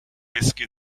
ویسکی